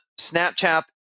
Snapchat